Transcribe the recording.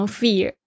fear